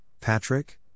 Patrick